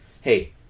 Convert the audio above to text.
hey